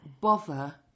bother